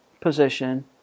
position